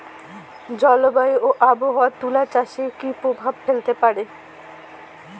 জলবায়ু ও আবহাওয়া তুলা চাষে কি প্রভাব ফেলতে পারে?